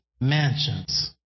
mansions